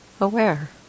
aware